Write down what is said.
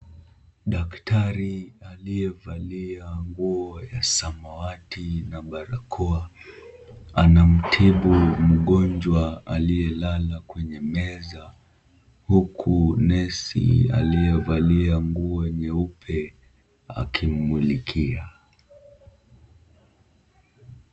Daktari aliyevalia nguo ya samawati na barakoa, anamtibu mgojwa aliyelala kwenye meza, huku nesi aliyevalia nguo nyeupe akimmulikia.